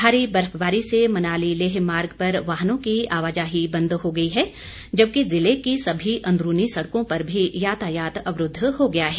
भारी बर्फबारी से मनाली लेह मार्ग पर वाहनों की आवाजाही बंद हो गई है जबकि जिले की सभी अंदरूनी सड़कों पर भी यातायात अवरूद्व हो गया है